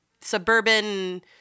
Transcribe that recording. suburban